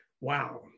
Wow